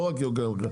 לא רק יוקר המחייה.